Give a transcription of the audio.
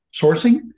sourcing